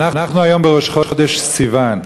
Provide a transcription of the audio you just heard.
אנחנו היום בראש חודש סיוון,